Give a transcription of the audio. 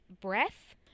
Breath